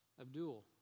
Abdul